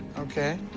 okay.